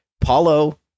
Paulo